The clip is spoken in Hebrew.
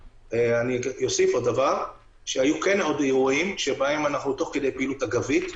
אוסיף שהיו עוד אירועים שבהם תוך כדי פעילות אגבית,